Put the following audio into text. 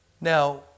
Now